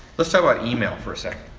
let's talk about email for a second.